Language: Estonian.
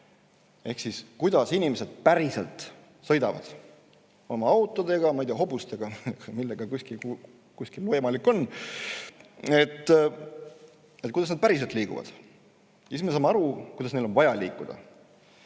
näha], kuidas inimesed päriselt sõidavad autodega, ma ei tea, hobustega – millega kuskil võimalik on –, kuidas nad päriselt liiguvad. Ja siis me saame aru, kuidas neil on vaja liikuda.